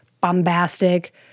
bombastic